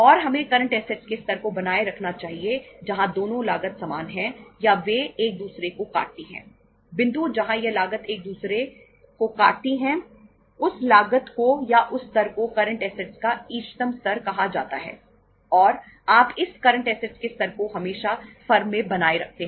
और हमें current assets के स्तर को हमेशा फर्म में बनाए रखते हैं